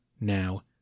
Now